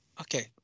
Okay